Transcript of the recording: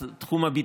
את תחום הביטחון,